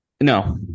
no